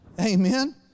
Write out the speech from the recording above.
Amen